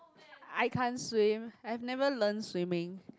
I can't swim I've never learn swimming